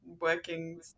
working